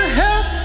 help